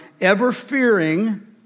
ever-fearing